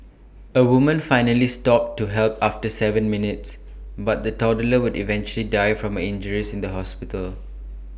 A woman finally stopped to help after Seven minutes but the toddler would eventually die from injuries in the hospital